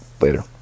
Later